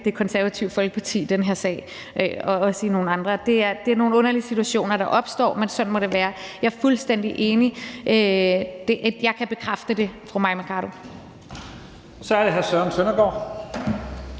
Det Konservative Folkeparti i den her sag, og også i nogle andre sager. Det er nogle underlige situationer, der opstår, men sådan må det være. Jeg er fuldstændig enig, og jeg kan bekræfte det over for fru Mai Mercado. Kl. 12:42 Første næstformand